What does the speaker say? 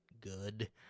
good